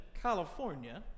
California